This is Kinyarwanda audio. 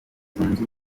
zunze